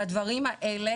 לדברים האלה